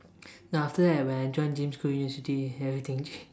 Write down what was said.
then after that when I join James Cook-university everything changed